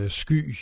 sky